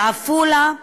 בעפולה,